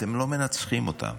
אתם לא מנצחים אותם,